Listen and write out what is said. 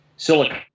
Silicon